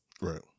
Right